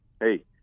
hey